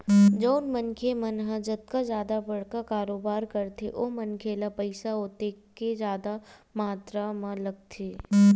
जउन मनखे मन ह जतका जादा बड़का कारोबार करथे ओ मनखे ल पइसा ओतके जादा मातरा म लगथे